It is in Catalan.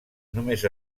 només